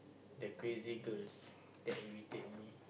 the crazy girls that irritate me